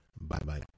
Bye-bye